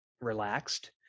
relaxed